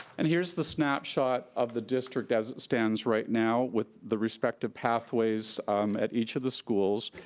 and here's the snapshot of the district as it stands right now with the respect to pathways at each of the schools.